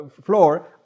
floor